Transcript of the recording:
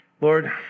lord